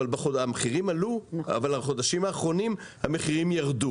המחירים עלו אבל בחודשים האחרונים המחירים ירדו.